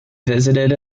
visited